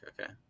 okay